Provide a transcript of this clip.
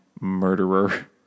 murderer